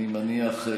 אני מניח,